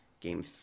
Game